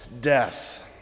death